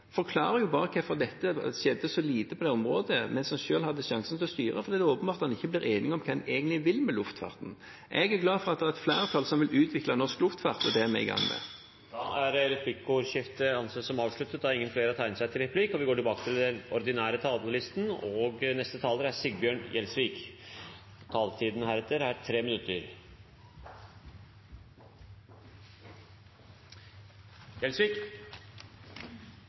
forklarer bare hvorfor det skjedde så lite på det området mens en selv hadde sjansen til å styre, for det er åpenbart at en ikke blir enige om hva en egentlig vil med luftfarten. Jeg er glad for at det er et flertall som vil utvikle norsk luftfart, og det er vi i gang med. Replikkordskiftet er avsluttet. De talere som heretter får ordet, har en taletid på inntil 3 minutter. Norsk innenlands lufttransport er en særdeles viktig del av kollektivtilbudet i Norge, ikke minst i Nord-Norge med de store avstandene som er